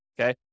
okay